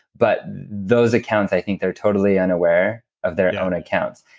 but those accounts i think they're totally unaware of their own accounts.